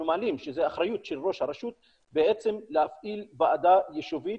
מעלים שזו האחריות של ראש הרשות להפעיל ועדה יישובית